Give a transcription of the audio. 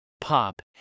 pop